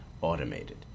automated